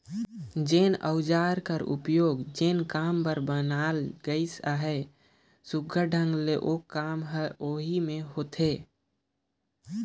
जेन अउजार कर उपियोग जेन काम बर बनाल गइस अहे, सुग्घर ढंग ले ओ काम हर ओही मे होथे